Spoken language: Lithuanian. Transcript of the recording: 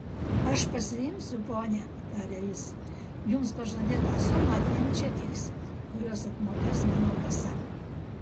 aš pasiimsiu ponia tarė jis jums pažadėtą sumą dviem čekiais kuriuos apmokės mano kasa